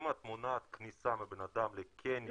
אם את מונעת כניסה של בן אדם לקניון,